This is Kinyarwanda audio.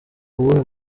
uwuhe